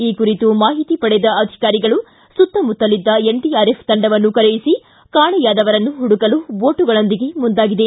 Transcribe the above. ಈ ಕುರಿತು ಮಾಹಿತಿ ಪಡೆದ ಅಧಿಕಾರಿಗಳು ಸುತ್ತಮುತ್ತಲಿದ್ದ ಎನ್ಡಿಆರ್ಎಫ್ ತಂಡವನ್ನು ಕರೆಯಿಸಿ ಕಾಣೆಯಾದವರನ್ನು ಹುಡುಕಾಡಲು ಬೋಟುಗಳೊಂದಿಗೆ ಮುಂದಾಗಿದೆ